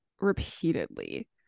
repeatedly